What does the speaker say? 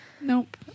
Nope